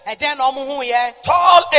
tall